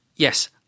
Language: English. Yes